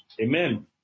Amen